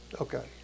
Okay